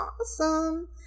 awesome